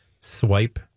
Swipe